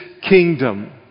kingdom